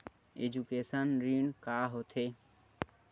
Education ऋण का होथे?